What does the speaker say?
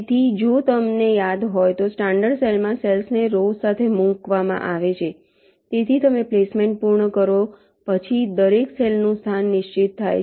તેથી જો તમને યાદ હોય તો સ્ટાન્ડર્ડ સેલમાંસેલ્સ ને રોવ્સ સાથે મૂકવામાં આવે છે તેથી તમે પ્લેસમેન્ટ પૂર્ણ કરો પછી દરેક સેલ નું સ્થાન નિશ્ચિત થાય છે